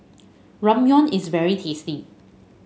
ramyeon is very tasty